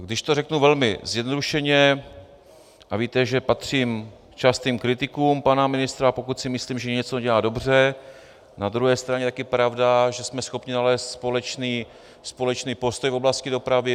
Když to řeknu velmi zjednodušeně, a víte, že patřím k častým kritikům pana ministra, pokud si myslím, že něco nedělá dobře, na druhé straně je taky pravda, že jsme schopni nalézt společný postoj v oblasti dopravy.